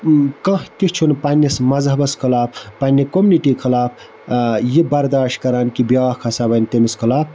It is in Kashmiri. کانٛہہ تہِ چھُنہٕ پنٛنِس مَذہَبَس خلاف پنٛنہِ کوٚمنِٹی خلاف یہِ برداش کَران کہِ بیٛاکھ ہَسا بَنہِ تٔمِس خلاف